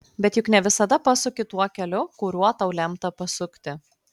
bet juk ne visada pasuki tuo keliu kuriuo tau lemta pasukti